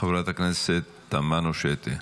חברת הכנסת תמנו שטה.